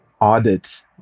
audit